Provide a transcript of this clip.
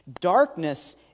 Darkness